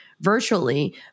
virtually